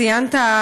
ציינת,